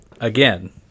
again